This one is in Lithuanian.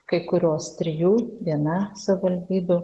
kai kurios trijų viena savivaldybių